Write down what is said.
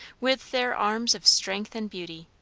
with their arms of strength and beauty.